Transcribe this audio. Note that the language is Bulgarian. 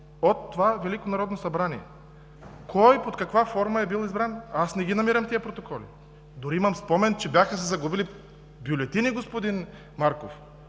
– кой и под каква форма е бил избран?! Аз не намирам тези протоколи. Дори имам спомен, че бяха се загубили бюлетини, господин Марков,